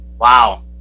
wow